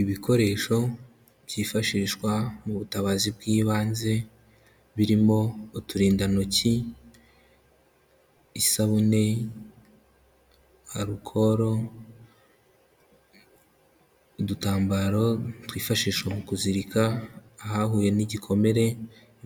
Ibikoresho byifashishwa mu butabazi bw'ibanze birimo uturindantoki, isabune, alukoro, udutambaro twifashisha mu kuzirika ahahuye n'igikomere,